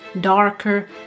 darker